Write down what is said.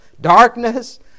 darkness